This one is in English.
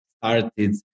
started